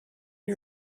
you